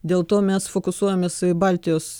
dėl to mes fokusuojamės į baltijos